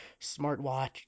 smartwatch